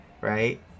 right